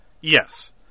Yes